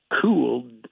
cooled